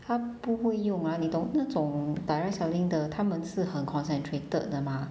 她不会用 ah 你懂那种 direct selling 的他们子很 concentrated 的 mah